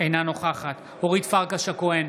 אינה נוכחת אורית פרקש הכהן,